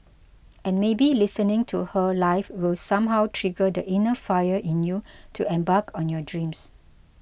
and maybe listening to her live will somehow trigger the inner fire in you to embark on your dreams